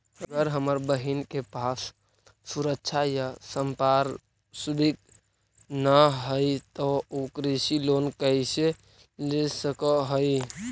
अगर हमर बहिन के पास सुरक्षा या संपार्श्विक ना हई त उ कृषि लोन कईसे ले सक हई?